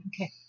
Okay